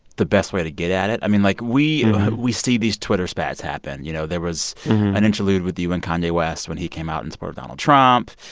the best way to get at it. i mean, like, we we see these twitter spats happen. you know, there was an interlude with you and kanye west when he came out and supported donald trump.